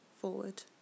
forward